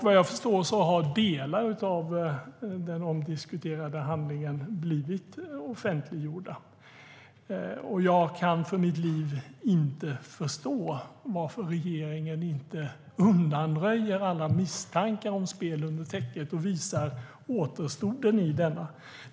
Vad jag förstår har delar av den omdiskuterade handlingen blivit offentliggjorda, och jag kan för mitt liv inte förstå varför regeringen inte undanröjer alla misstankar om spel under täcket och visar återstoden i denna.